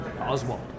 Oswald